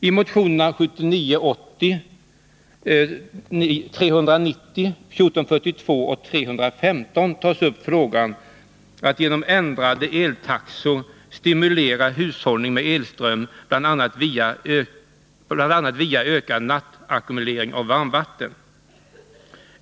I motionerna 1979 80:1442 och 1979/80:315 tas upp frågan om att genom ändrade eltaxor stimulera hushållning med elström bl.a. via ökad nattackumulering av varmvatten.